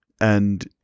and-